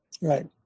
Right